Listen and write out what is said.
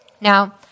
Now